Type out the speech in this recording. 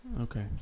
Okay